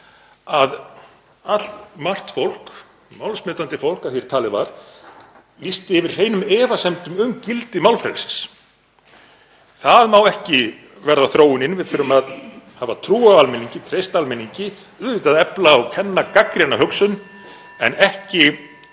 að allmargt fólk, málsmetandi fólk að því er talið var, lýst yfir hreinum efasemdum um gildi málfrelsis. Það má ekki verða þróunin. Við þurfum að hafa trú á almenningi, treysta almenningi, auðvitað efla og kenna gagnrýna hugsun (Forseti